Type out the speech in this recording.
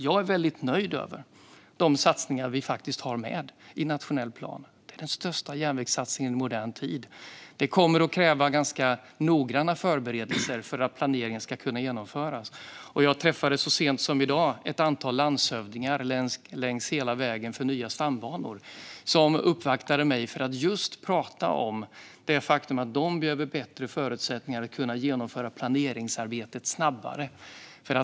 Jag är väldigt nöjd med de satsningar vi har med i den nationella planen. Det är den största järnvägssatsningen i modern tid. Det kommer att krävas ganska noggranna förberedelser för att planeringen ska kunna genomföras. Jag träffade så sent som i dag ett antal landshövdingar för län längs hela vägen för nya stambanor. De uppvaktade mig just för att prata om att de behöver bättre förutsättningar för att kunna genomföra planeringsarbetet snabbare.